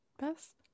best